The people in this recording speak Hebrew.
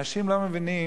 אנשים לא מבינים,